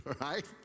Right